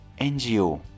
NGO